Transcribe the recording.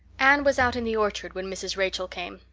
anne was out in the orchard when mrs. rachel came,